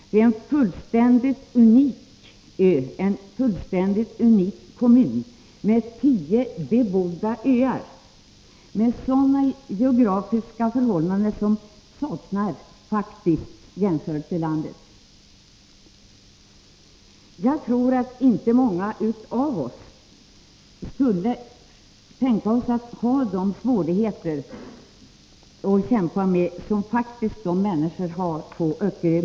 Det är en fullständigt unik ö. Kommunen består av tio bebodda öar med sådana geografiska förhållanden som saknar jämförelser i landet. Jag tror att inte många av oss skulle vilja kämpa med de svårigheter sor människorna har på Öckerö.